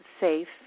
safe